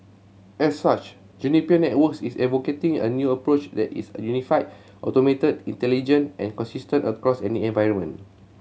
as such Juniper Networks is advocating a new approach that is unified automated intelligent and consistent across any environment